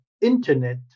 internet